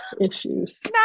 issues